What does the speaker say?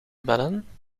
bellen